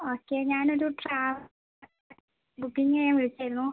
okay ഞാനൊരു travel booking ചെയ്യാൻ വിളിച്ചതായിരുന്നു